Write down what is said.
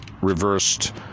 reversed